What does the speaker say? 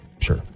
Sure